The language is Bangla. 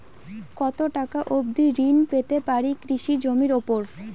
কত টাকা অবধি ঋণ পেতে পারি কৃষি জমির উপর?